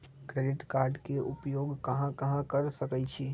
Credit card के उपयोग कहां कहां कर सकईछी?